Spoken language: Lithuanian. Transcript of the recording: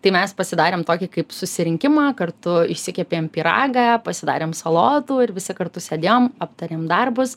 tai mes pasidarėm tokį kaip susirinkimą kartu išsikepėm pyragą pasidarėm salotų ir visi kartu sėdėjom aptarėm darbus